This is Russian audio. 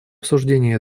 обсуждение